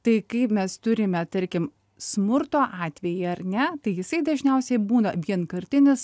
tai kai mes turime tarkim smurto atvejį ar ne tai jisai dažniausiai būna vienkartinis